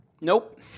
Nope